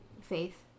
faith